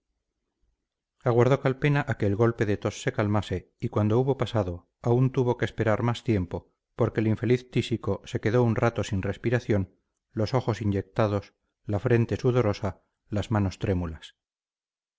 calpena a que el golpe de tos se calmase y cuando hubo pasado aún tuvo que esperar más tiempo porque el infeliz tísico se quedó un rato sin respiración los ojos inyectados la frente sudorosa las manos trémulas